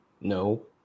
No